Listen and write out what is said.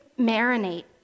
marinate